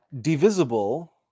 divisible